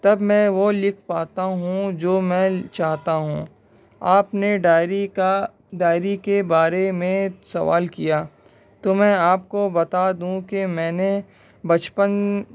تب میں وہ لکھ پاتا ہوں جو میں چاہتا ہوں آپ نے ڈائری کا ڈائری کے بارے میں سوال کیا تو میں آپ کو بتا دوں کہ میں نے بچپن